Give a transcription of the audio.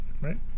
right